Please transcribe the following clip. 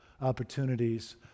opportunities